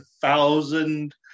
thousand